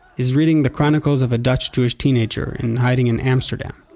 is reading the chronicles of a dutch jewish teenager in hiding in amsterdam.